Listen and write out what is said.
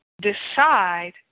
decide